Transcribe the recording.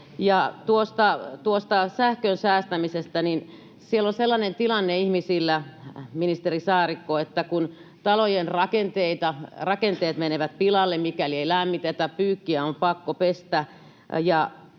sähkön säästämisestä: siellä on sellainen tilanne ihmisillä, ministeri Saarikko, että talojen rakenteet menevät pilalle, mikäli ei lämmitetä, ja pyykkiä on pakko pestä.